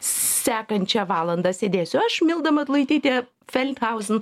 sekančią valandą sėdėsiu aš milda matulaitytė feldhausen